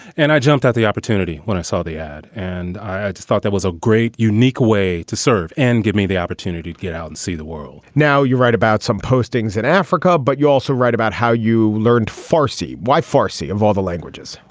and i jumped at the opportunity when i saw the ad. and i just thought that was a great, unique way to serve. and give me the opportunity to get out and see the world now, you write about some postings in africa. but you also write about how you learned farsi. why farsi of all the languages?